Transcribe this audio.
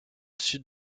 dessus